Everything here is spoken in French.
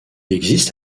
existe